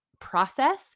process